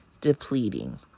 depleting